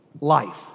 life